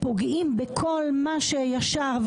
ופוגעים בכל מה שישר,